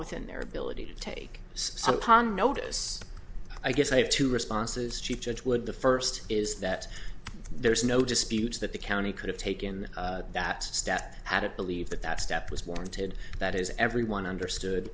within their ability to take some upon notice i guess i have two responses chief judge would the first is that there is no dispute that the county could have taken that step at believe that that step was warranted that is everyone understood